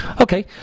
Okay